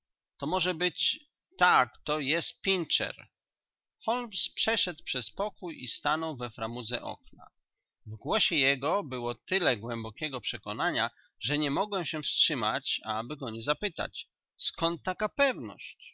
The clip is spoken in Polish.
to może być tak to jest pinczer holmes przeszedł przez pokój i stanął we framudze okna w głosie jego było tyle głębokiego przekonania że nie mogłem się wstrzymać aby go nie zapytać skąd taka pewność